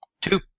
Two